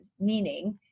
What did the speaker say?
meaning